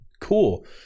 Cool